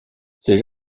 ces